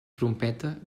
trompeta